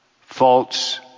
false